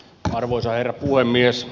arvoisa herra puhemies